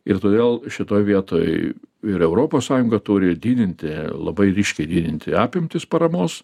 ir todėl šitoj vietoj ir europos sąjunga turi didinti labai ryškiai didinti apimtis paramos